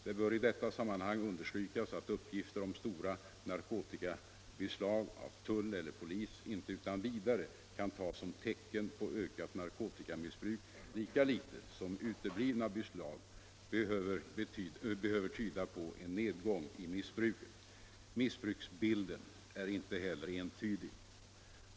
Det bör i detta sammanhang understrykas att uppgifter om stora narkotikabeslag av tull eller polis inte utan vidare kan tas som tecken på ökat narkotikamissbruk, lika litet som uteblivna beslag behöver tyda på en nedgång i missbruket. Missbruksbilden är inte heller entydig.